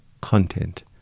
content